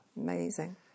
amazing